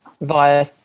via